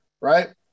right